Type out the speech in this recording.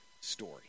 story